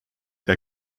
der